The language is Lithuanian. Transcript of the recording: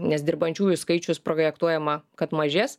nes dirbančiųjų skaičius projektuojama kad mažės